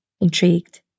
intrigued